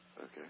okay